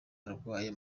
arwaye